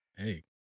Hey